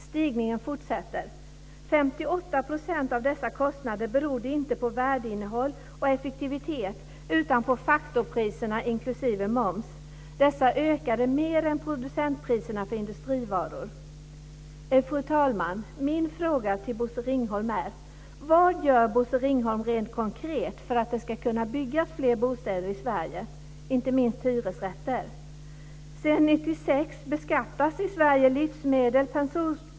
Stigningen fortsätter. 58 % av dessa kostnader berodde inte på värdeinnehåll och effektivitet utan på faktorpriserna inklusive moms. Dessa ökade mer än producentpriserna för industrivaror. Fru talman! Min fråga till Bosse Ringholm är: Vad gör Bosse Ringholm rent konkret för att det ska kunna byggas fler bostäder i Sverige - inte minst hyresrätter?